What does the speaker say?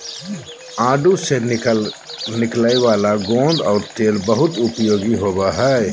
आडू से निकलय वाला गोंद और तेल बहुत उपयोगी होबो हइ